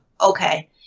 Okay